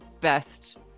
best